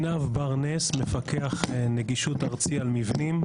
אני מפקח נגישות ארצית על מבנים,